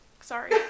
Sorry